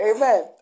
Amen